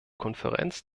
konferenz